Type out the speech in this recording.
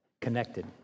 connected